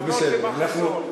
אתם השתכנעתם.